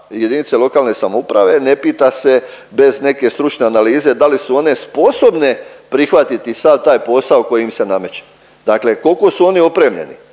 jedinice lokalne samouprave, ne pita se bez neke stručne analize da li su one sposobne prihvatiti sav taj posao koji im se nameće. Dakle koliko su oni opremljeni.